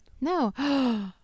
No